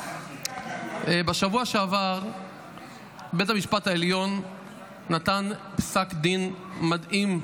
בשבוע שעבר בית המשפט העליון נתן פסק דין מדהים,